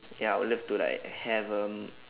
ya I would love to like have um